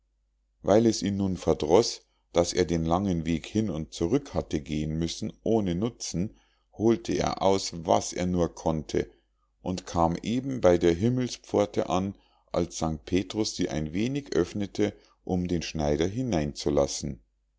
weil es ihn nun verdroß daß er den langen weg hin und zurück hatte gehen müssen ohne nutzen holte er aus was er nur konnte und kam eben bei der himmelspforte an als st petrus sie ein wenig öffnete um den schneider hineinzulassen